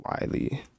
wiley